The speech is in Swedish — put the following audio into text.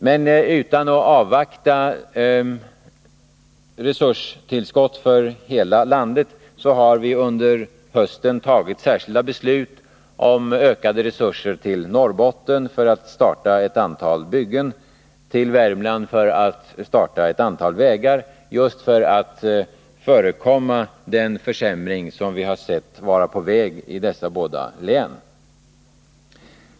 Men utan att avvakta frågan om resurstillskott för hela landet har vi under hösten tagit särskilda beslut om ökade resurser till Norrbotten för att starta ett antal byggen och till Värmland för att starta ett antal vägbyggen, just för att förekomma den försämring som vi har sett vara på väg i dessa båda län.